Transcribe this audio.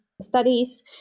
studies